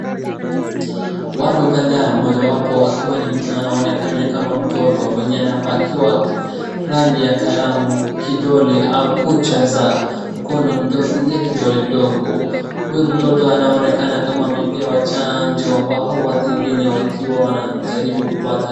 watu kadhaa mmojawapo akiwa anaonekana kama ni mtoto mwenye anapakiwa rangi ya kalamu kidole au kucha za mkono ile kidole ndogo. Huyo mtoto anaonekana kama amepewa chanjo hao watu wengine wakiwa wanajaribu kupata.